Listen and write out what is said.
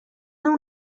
اون